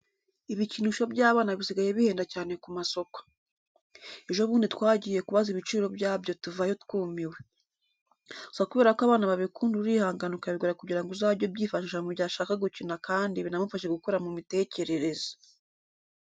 Ibikinisho by'abana bisigaye bihenda cyane ku masoko. Ejo bundi twagiye kubaza ibiciro byabyo tuvayo twumiwe. Gusa kubera ko abana babikunda urihangana ukabigura kugira ngo azajye abyifashisha mu gihe ashaka gukina kandi binamufashe gukura mu mitekerereze.